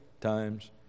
times